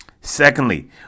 Secondly